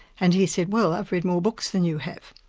and he said, well, i've read more books than you have.